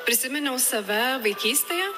prisiminiau save vaikystėje